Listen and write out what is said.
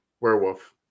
werewolf